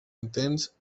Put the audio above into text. intents